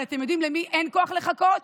אבל אתם יודעים למי אין כוח לחכות?